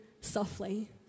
softly